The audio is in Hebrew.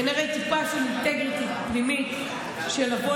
הרי אין טיפה של אינטגריטי פנימי של לבוא